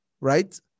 right